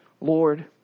Lord